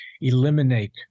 eliminate